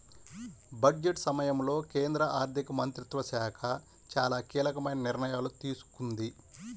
budget సమయంలో కేంద్ర ఆర్థిక మంత్రిత్వ శాఖ చాలా కీలకమైన నిర్ణయాలు తీసుకుంది